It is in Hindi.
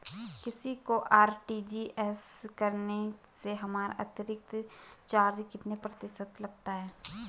किसी को आर.टी.जी.एस करने से हमारा अतिरिक्त चार्ज कितने प्रतिशत लगता है?